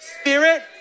Spirit